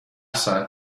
ساعت